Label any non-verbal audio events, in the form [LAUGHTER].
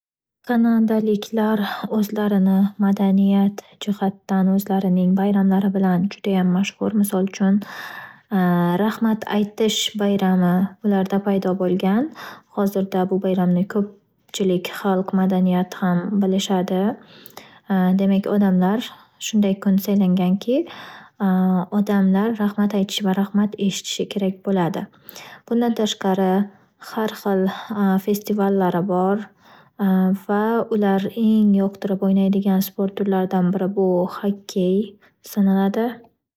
Kanadaliklar o'zlarini madaniyat jihatdan o'zlarining bayramlari bilan mashhur. Misol uchun [HESITATION] "Rahmat aytish" bayrami ularda paydo bo’lgan hozirda ko'pchilik xalq madaniyat ham bilishadi, demak odamlar shunday kun saylanganki [HESITATION] odamlar rahmat aytishi va rahmat eshitishi kerak bo'ladi. Bundan tashqari, har xil [HESITATION] festivallari bor va ular eng yoqtirib o'ynaydigan sport turlaridan biri bu xokkey hisoblanadi.